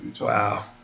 Wow